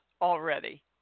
already